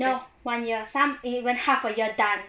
no one year some even when half a year done